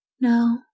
No